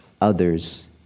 others